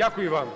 ГОЛОВУЮЧИЙ.